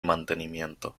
mantenimiento